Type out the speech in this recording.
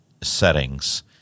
settings